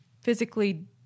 physically